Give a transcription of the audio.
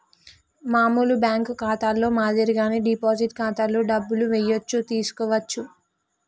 మామూలు బ్యేంకు ఖాతాలో మాదిరిగానే డిపాజిట్ ఖాతాలో డబ్బులు ఏయచ్చు తీసుకోవచ్చు